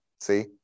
See